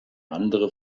andere